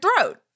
throat